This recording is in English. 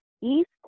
East